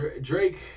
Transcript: Drake